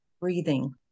breathing